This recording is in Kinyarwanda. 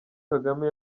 kagame